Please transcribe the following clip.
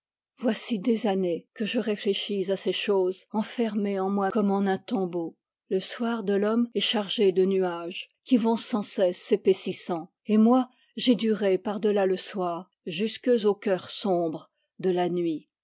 voici des années que je réflechis à ces choses enfermé en moi comme en un tombeau le soir de l'homme est chargé de nuages qui vont sans cesse s'épaississant et moi j'ai duré par delà le soir jusques au cœur sombre de la nuit